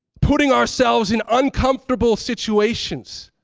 putting ourselves in uncomfortable situations